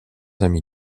amis